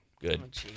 Good